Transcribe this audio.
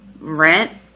rent